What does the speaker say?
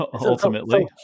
ultimately